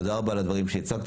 תודה רבה על הדברים שהצגת.